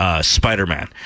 Spider-Man